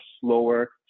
slower